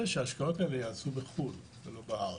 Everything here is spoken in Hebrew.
שההשקעות האלה ייעשו בחו"ל ולא בארץ.